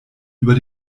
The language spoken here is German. über